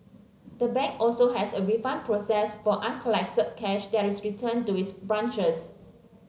the bank also has a refund process for uncollected cash that is returned to its branches